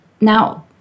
Now